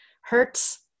hurts